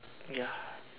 ya